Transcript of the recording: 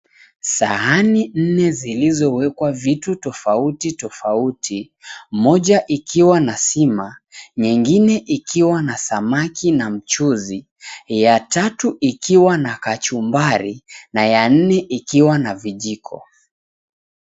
Sahani nne zilizowekwa vitu tofauti tofauti. Moja ikiwa na sima, nyingine ikiwa na samaki na mchuzi ,ya tatu ikiwa na kachumbari na ya nne ikiwa na vijiko.